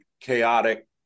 chaotic